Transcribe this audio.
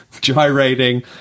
gyrating